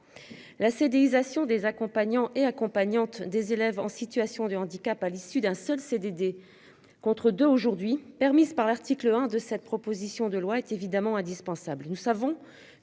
La CDU nisation des accompagnants et accompagnante des élèves en situation de handicap à l'issue d'un seul CDD. Contre 2 aujourd'hui permise par l'article 1 de cette proposition de loi est évidemment indispensable,